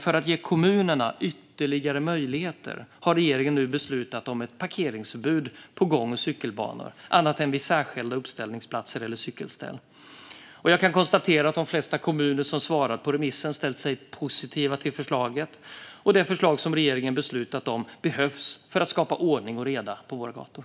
För att ge kommunerna ytterligare möjligheter har regeringen nu beslutat om ett förbud mot parkering på gång och cykelbanor annat än vid särskilda uppställningsplatser eller cykelställ. Jag kan konstatera att de flesta kommuner som svarat på remissen ställt sig positiva till förslaget. Det förslag som regeringen beslutat om behövs för att skapa ordning och reda på våra gator.